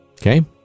Okay